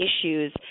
issues